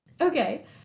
Okay